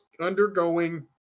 undergoing